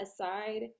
aside